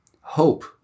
Hope